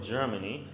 Germany